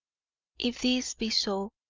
if this be so!